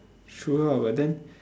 true ah but then